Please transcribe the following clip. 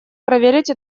проверить